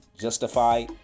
justify